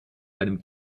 einem